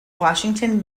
washington